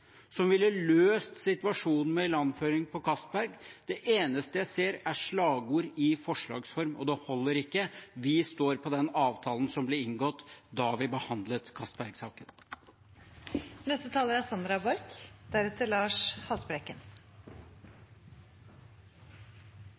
som ville løst situasjonen med ilandføring på Johan Castberg. Det eneste jeg ser, er slagord i forslags form, og det holder ikke. Vi står på den avtalen som ble inngått da vi behandlet